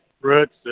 roots